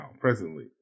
presently